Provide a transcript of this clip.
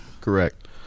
Correct